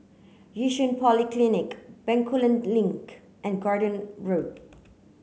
Yishun Polyclinic Bencoolen Link and Garden Road